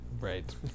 right